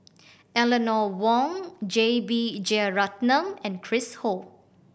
Eleanor Wong J B Jeyaretnam and Chris Ho